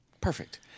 Perfect